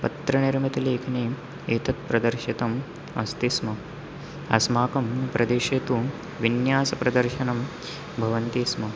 पत्रनिर्मितलेखनीं एतत् प्रदर्शितम् अस्ति स्म अस्माकं प्रदेशे तु विन्यासप्रदर्शनं भवन्ति स्म